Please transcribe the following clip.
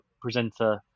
presenter